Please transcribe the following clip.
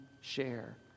share